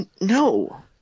No